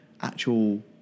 actual